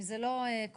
אם זה לא קורונה,